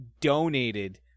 donated